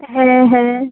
হ্যাঁ হ্যাঁ